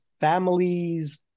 families